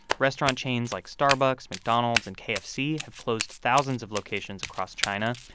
restaurant chains like starbucks, mcdonald's and kfc have closed thousands of locations across china.